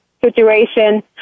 situation